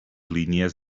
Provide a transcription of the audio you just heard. línies